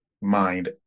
mind